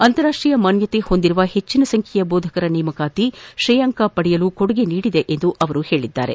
ಅಂತಾರಾಷ್ಟೀಯ ಮಾನ್ಯತೆ ಹೊಂದಿರುವ ಹೆಚ್ಚಿನ ಸಂಖ್ಯೆಯ ಬೋಧಕರ ನೇಮಕಾತಿ ತ್ರೇಯಾಂಕ ಪಡೆಯಲು ಕೊಡುಗೆ ನೀಡಿದೆ ಎಂದು ಅವರು ಹೇಳಿದ್ದಾರೆ